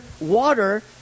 water